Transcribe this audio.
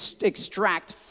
extract